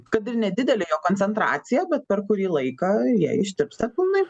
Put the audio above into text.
kad ir nedidelė jo koncentracija bet per kurį laiką jie ištirpsta pilnai